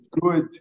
good